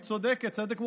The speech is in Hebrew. היא צודקת צדק מוחלט,